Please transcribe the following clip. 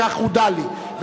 כך הודע לי,